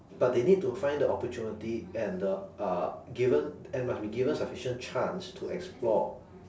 but they need to find the opportunity and the uh given and must be given sufficient chance to explore